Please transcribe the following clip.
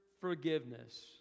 forgiveness